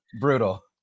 brutal